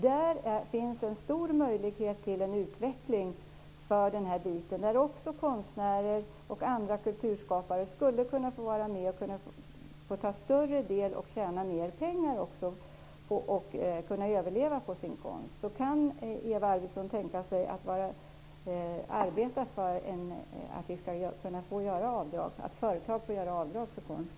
Där finns en stor möjlighet till en utveckling där konstnärer och andra kulturskapare skulle kunna tjäna mer pengar och på så sätt kunna överleva på sin konst. Kan Eva Arvidsson tänka sig att arbeta för att företag ska kunna få göra avdrag för inköp av konst?